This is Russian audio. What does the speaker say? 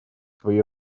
свои